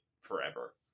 forever